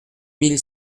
mille